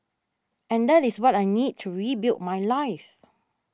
and that is what I need to rebuild my life